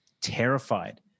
terrified